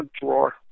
drawer